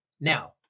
Now